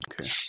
Okay